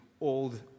old